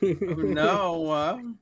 No